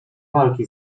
walki